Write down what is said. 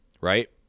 right